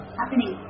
happening